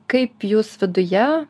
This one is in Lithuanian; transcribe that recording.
kaip jūs viduje